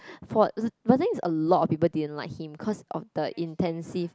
for but thing is a lot of people didn't like him because of the intensive